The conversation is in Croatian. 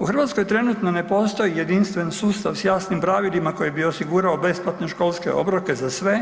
U Hrvatskoj trenutno ne postoji jedinstven sustav s jasnim pravilima koji bi osigurao besplatne školske obroke za sve